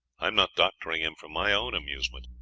i am not doctoring him for my own amusement,